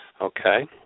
Okay